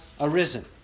arisen